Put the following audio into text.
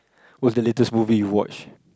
what's the latest movie you watch